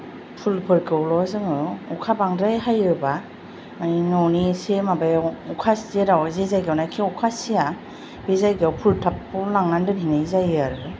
फुलफोरखौल' जोङो अखा बांद्राय हायोबा माने न'नि इसे माबायाव अखा जेराव जे जायगायावनोखि अखा सिया बे जायगायाव फुल ताबखौ लांनानै दोनहैनाय जायो आरो